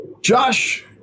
josh